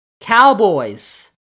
cowboys